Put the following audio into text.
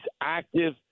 active